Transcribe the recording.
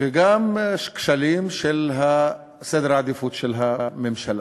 וגם כשלים של סדר העדיפויות של הממשלה.